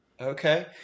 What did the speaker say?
Okay